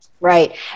Right